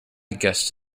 guessed